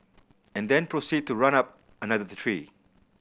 and then proceed to run up another tree